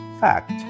fact